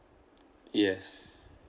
yes